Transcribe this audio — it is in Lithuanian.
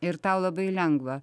ir tau labai lengva